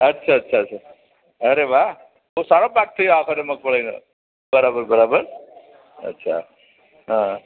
અચ્છા અચ્છા અચ્છા અરે વાહ ખૂબ સારો પાક થયો આ વખતે મગફળીનો બરાબર બરાબર અચ્છા હા